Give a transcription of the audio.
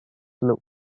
luke